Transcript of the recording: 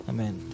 Amen